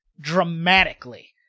dramatically